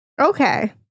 Okay